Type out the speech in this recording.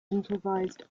improvised